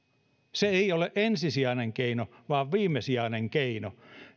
se ei ole ensisijainen keino vaan viimesijainen keino